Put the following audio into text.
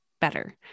better